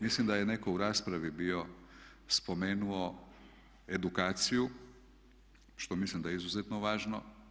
Mislim da je netko u raspravi bio spomenuo edukaciju što mislim da je izuzetno važno.